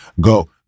go